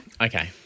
Okay